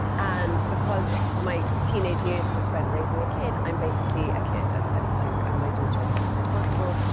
and because my teenage years were spent raising a kid, i'm basically a kid at thirty two, and my daughter is having to be responsible.